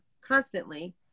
constantly